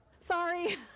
sorry